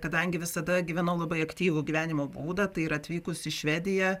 kadangi visada gyvenau labai aktyvų gyvenimo būdą tai ir atvykus į švediją